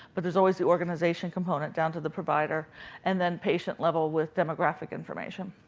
but there's always the organization component down to the provider and then patient level with demographic information.